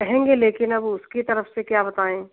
कहेंगे लेकिन अब उसकी तरफ से क्या बताएँ